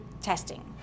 testing